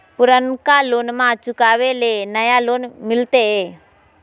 पुर्नका लोनमा चुकाबे ले नया लोन मिलते?